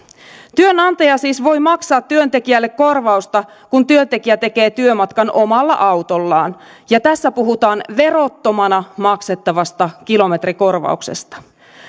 työnantaja siis voi maksaa työntekijälle korvausta kun työntekijä tekee työmatkan omalla autollaan ja tässä puhutaan verottomana maksettavasta kilometrikorvauksesta